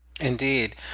Indeed